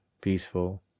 peaceful